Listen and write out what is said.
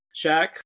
Shaq